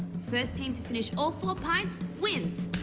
first team to finish all four pints wins.